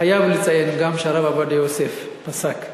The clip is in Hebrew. חייב לציין גם שהרב עובדיה יוסף פסק,